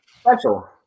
Special